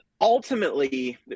ultimately